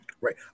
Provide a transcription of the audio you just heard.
Right